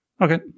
Okay